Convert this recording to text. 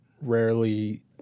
rarely